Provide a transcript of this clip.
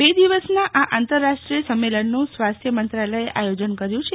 બે દિવસના આ આંતરરાષ્ટ્રીય સમ્મેલનનું સ્વાસ્થ્ય મંત્રાલયે આયોજન કર્યું છે